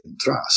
trust